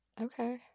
Okay